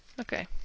Okay